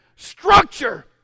structure